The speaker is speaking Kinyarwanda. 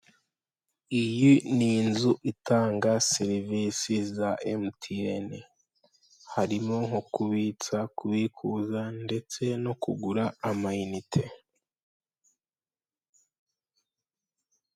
Iyi ni inzu itanga serivisi za emutiyeni, harimo nko kubitsa, kubikuza ndetse no kugura ama inite.